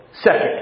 Second